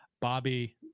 Bobby